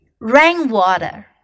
Rainwater